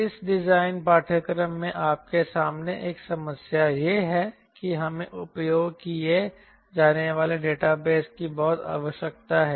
इस डिज़ाइन पाठ्यक्रम में आपके सामने एक समस्या यह है कि हमें उपयोग किए जाने वाले डेटाबेस की बहुत आवश्यकता है